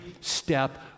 step